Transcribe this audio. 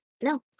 No